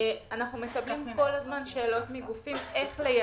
אנחנו מקבלים כל הזמן שאלות מגופים איך ליישם,